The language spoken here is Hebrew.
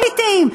הפליטים,